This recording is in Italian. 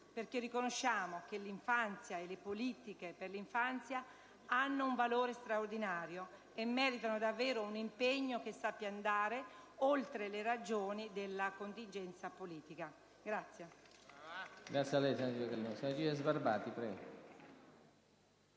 perché riconosciamo che l'infanzia e le politiche per l'infanzia hanno un valore straordinario e meritano davvero un impegno che sappia andare oltre le ragioni della contingenza politica.